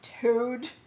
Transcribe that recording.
toad